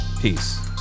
Peace